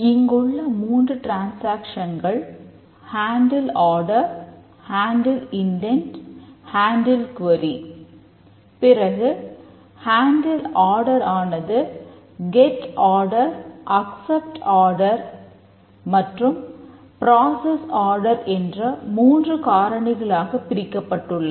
இங்குள்ள மூன்று ட்ரேன்சேக்சன்கள் என்ற மூன்று காரணிகளாகப் பிரிக்கப்பட்டுள்ளது